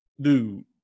dude